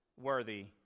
worthy